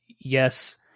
yes